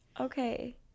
Okay